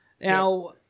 Now